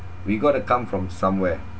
we got to come from somewhere